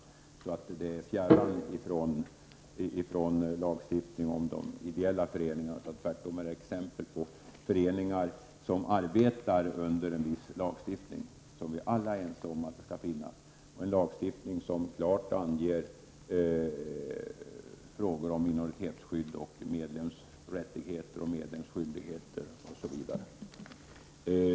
— alltså saker som är fjärran från lagstiftningen om ideella föreningar. Tvärtom handlar det om föreningar som lyder under en viss lagstiftning. Vi är alla överens om att denna form skall finnas. Det gäller en lagstiftning som klart anger hur det skall vara i frågor om minoritetsskydd, medlemmars rättigheter, medlemmars skyldigheter osv.